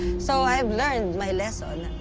so i've learned my lesson.